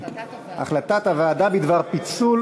החלטת הוועדה בדבר פיצול